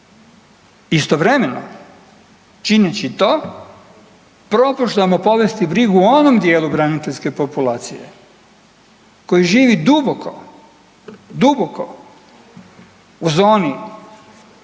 Istovremeno čineći to propuštamo povest brigu o onom dijelu braniteljske populacije koji živi duboko, duboko u zoni